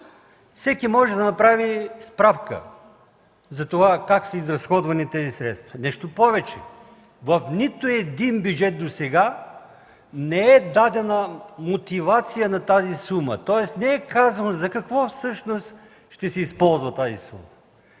всеки може да направи справка за това как са изразходвани тези средства. Нещо повече, в нито един бюджет досега не е дадена мотивация на тази сума, тоест не е казано за какво всъщност ще се използва тя,